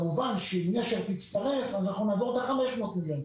כמובן שאם נשר תצטרך, נעבור את ה-500 מיליון.